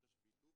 תשביתו,